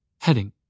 Heading